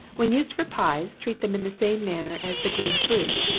when used for pies, treat them in the same manner as the green fruit.